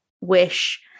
wish